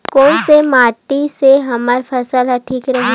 कोन से माटी से हमर फसल ह ठीक रही?